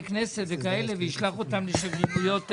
כנסת וכאלה וישלח אותם לשגרירויות זרות.